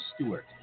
Stewart